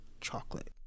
chocolate